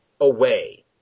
away